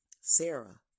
Sarah